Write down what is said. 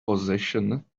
possession